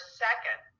second